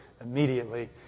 Immediately